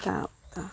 यता